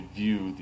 view